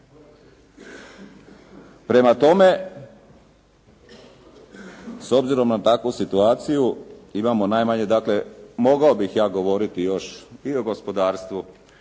Prema tome, s obzirom na takvu situaciju imamo najmanje dakle, mogao bih ja govoriti još i o gospodarstvu